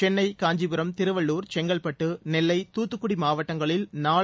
சென்னை காஞ்சிபுரம் திருவள்ளுர் செங்கவ்பட்டு நெல்லை தூத்துக்குடி மாவட்டங்களில் நாளை